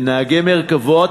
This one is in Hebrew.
לנהגי "מרכבות".